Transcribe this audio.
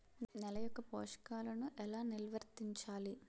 నెల యెక్క పోషకాలను ఎలా నిల్వర్తించాలి